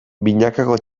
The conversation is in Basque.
binakako